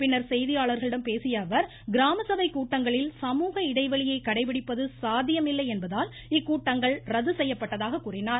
பின்னர் செய்தியாளர்களிடம் பேசிய அவர் தகிராம சபைக்கூட்டங்களில் சமூக இடைவெளியை கடைபிடிப்பது சாத்தியமில்லை என்பதால் இக்கூட்டங்கள் ரத்து செய்யப்பட்டதாக கூறினார்